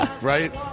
Right